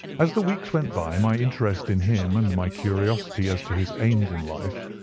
as the weeks went by, my interest in him and my curiosity as to his aims in life,